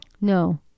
no